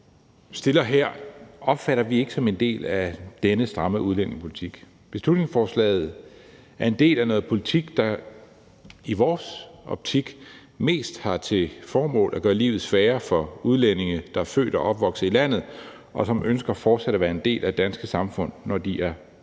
fremsætter her, opfatter vi ikke som en del af denne stramme udlændingepolitik. Beslutningsforslaget er en del af noget politik, der i vores optik mest har til formål at gøre livet sværere for udlændinge, der er født og opvokset i landet, og som fortsat ønsker at være en del af det danske samfund, når de er fyldt